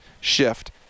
shift